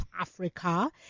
Africa